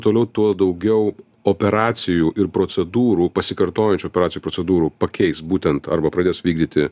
toliau tuo daugiau operacijų ir procedūrų pasikartojančių operacijų procedūrų pakeis būtent arba pradės vykdyti